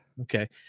Okay